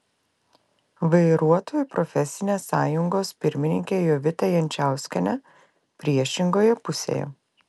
vairuotojų profesinė sąjungos pirmininkė jovita jančauskienė priešingoje pusėje